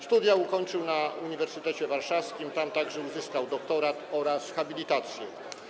Studia ukończył na Uniwersytecie Warszawskim, tam także uzyskał doktorat oraz habilitację.